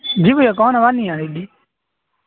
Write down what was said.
جی بھیا کون آواز نہیں آرہی تھی